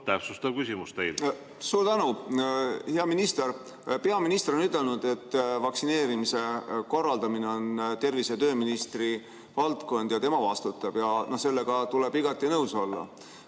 vähem, nagu tavaliselt? Suur tänu! Hea minister! Peaminister on öelnud, et vaktsineerimise korraldamine on tervise‑ ja tööministri valdkond ja tema vastutab. Sellega tuleb igati nõus olla.